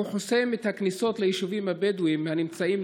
גם חבר הכנסת מלכיאלי לא נמצא,